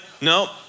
no